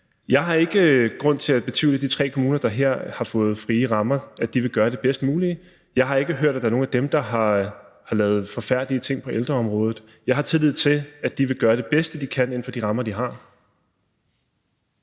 Jeg har ikke grund til at betvivle de tre kommuner, der her har fået frie rammer, at de vil gøre det bedst mulige. Jeg har ikke hørt, at der er nogen af dem, der har lavet forfærdelige ting på ældreområdet. Jeg har tillid til, at de vil gøre det bedste, de kan, inden for de rammer, de har.